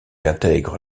intègre